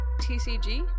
tcg